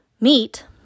meet